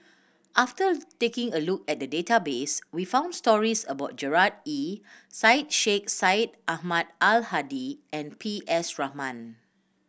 after taking a look at the database we found stories about Gerard Ee Syed Sheikh Syed Ahmad Al Hadi and P S Raman